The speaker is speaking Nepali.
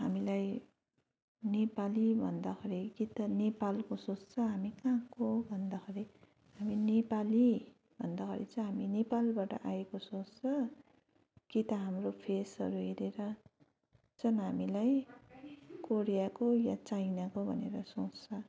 हामीलाई नेपाली भन्दाखेरि कि त नेपालको सोच्छ हामी कहाँको हो भन्दाखेरि हामी नेपाली भन्दाखेरि चाहिँ हामी नेपालबाट आएको सोच्छ कि त हाम्रो फेसहरू हेरेर चाहिँ हामीलाई कोरियाको वा चाइनाको भनेर सोच्छ